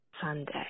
Sunday